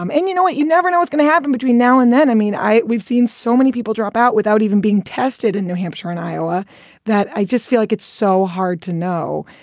um and you know, what you never know is going to happen between now and then. i mean, i we've seen so many people drop out without even being tested in new hampshire and iowa that i just feel like it's so hard to know.